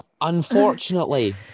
Unfortunately